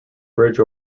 bridge